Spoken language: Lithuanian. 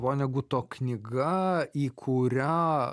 voneguto knyga į kurią